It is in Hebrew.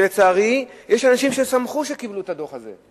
לצערי, יש אנשים ששמחו כשקיבלו את הדוח הזה.